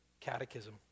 Catechism